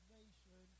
nation